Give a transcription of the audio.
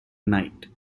knight